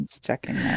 checking